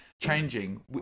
Changing